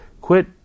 quit